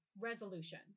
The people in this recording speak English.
resolution